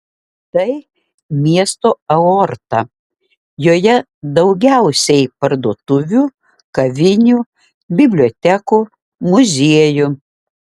tai miesto aorta joje daugiausiai parduotuvių kavinių bibliotekų muziejų